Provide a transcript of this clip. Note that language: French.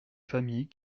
familles